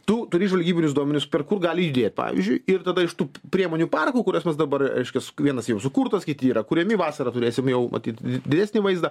tu turi žvalgybinius duomenis per kur gali judėt pavyzdžiui ir tada iš tų priemonių parkų kuriuos mes dabar reiškias vienas jau sukurtas kiti yra kuriami vasarą turėsim jau matyt didesnį vaizdą